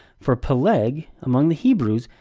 for phaleg, among the hebrews,